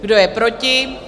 Kdo je proti?